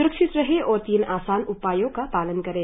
स्रक्षित रहें और तीन आसान उपायों का पालन करें